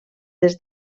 des